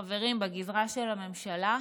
חברים, בגזרה של הממשלה,